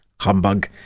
humbug